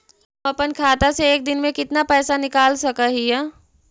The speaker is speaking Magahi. हम अपन खाता से एक दिन में कितना पैसा निकाल सक हिय?